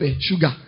sugar